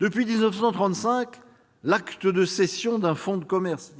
depuis 1935 -, l'acte de cession d'un fonds de commerce